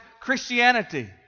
Christianity